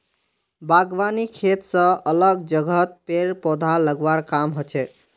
बागवानी खेत स अलग जगहत पेड़ पौधा लगव्वार काम हछेक